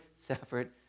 separate